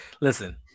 listen